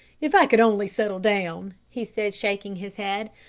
if i could only settle down! he said, shaking his head.